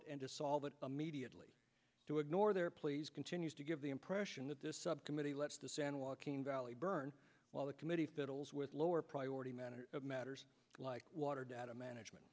it and to solve it mediately to ignore their pleas continues to give the impression that this subcommittee let's to san joaquin valley burn while the committee fiddles with lower priority matter matters like water data management